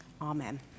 Amen